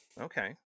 Okay